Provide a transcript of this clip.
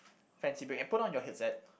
fancy break and put on your headset